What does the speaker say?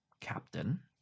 Captain